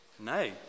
no